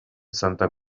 santa